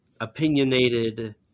opinionated